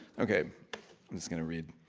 ok, i'm just going to read.